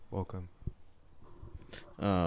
Welcome